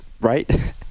right